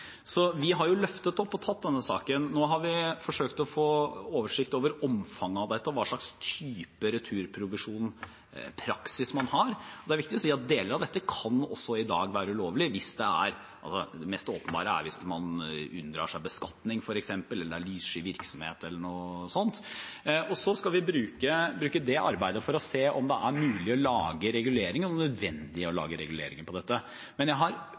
Så vi har løftet opp og tatt denne saken. Nå har vi forsøkt å få oversikt over omfanget og hva slags type returprovisjonspraksis man har. Det er viktig å si at deler av dette kan også i dag være ulovlig – det mest åpenbare er hvis man unndrar seg beskatning eller driver lyssky virksomhet eller noe sånt. Så skal vi bruke det arbeidet for å se om det er mulig å lage reguleringer, og om det er nødvendig å lage reguleringer for dette. Jeg har